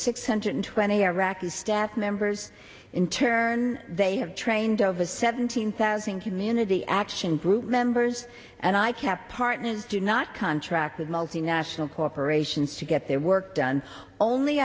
six hundred twenty iraqi staff members in turn they have trained over seventeen thousand community action group members and i kept partners do not contract with multinational corporations to get their work done only